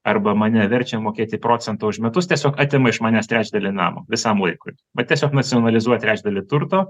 arba mane verčia mokėti procentą už metus tiesiog atima iš manęs trečdalį namo visam laikui vat tiesiog nacionalizuot trečdalį turto